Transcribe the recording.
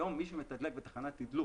היום מ שמתדלק בתחנת תדלוק